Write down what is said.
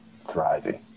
thriving